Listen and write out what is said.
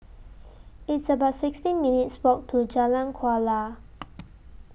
It's about sixteen minutes' Walk to Jalan Kuala